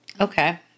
Okay